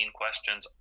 questions